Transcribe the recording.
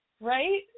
Right